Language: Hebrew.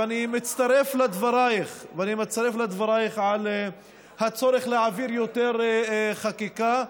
ואני מצטרף לדברייך על הצורך להעביר יותר חקיקה.